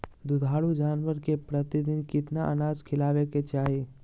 दुधारू जानवर के प्रतिदिन कितना अनाज खिलावे के चाही?